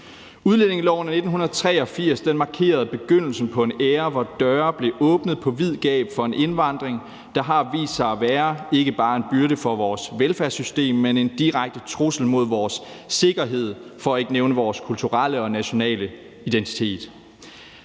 Udlændingeloven af 1983 markerede begyndelsen på en æra, hvor døre blev åbnet på vid gab for en indvandring, der har vist sig at være ikke bare en byrde for vores velfærdssystem, men en direkte trussel mod vores sikkerhed, for ikke at nævne vores kulturelle og nationale identitet.